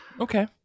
Okay